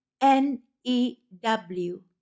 n-e-w